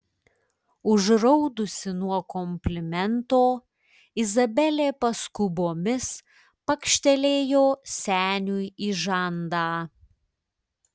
užraudusi nuo komplimento izabelė paskubomis pakštelėjo seniui į žandą